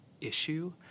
issue